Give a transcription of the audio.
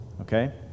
okay